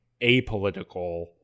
apolitical